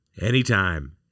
Anytime